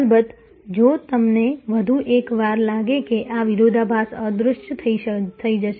અલબત્ત જો તમને વધુ એક વાર લાગે કે આ વિરોધાભાસ અદૃશ્ય થઈ જશે